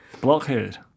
Blockhead